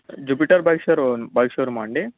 Jupiter bike showroom bike show రూమా అండి